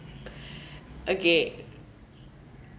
okay